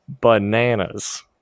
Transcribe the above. bananas